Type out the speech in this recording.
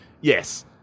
yes